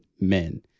men